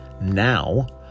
now